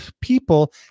people